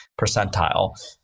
percentile